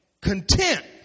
Content